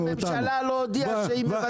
הממשלה לא הודיעה שהיא מבטלת.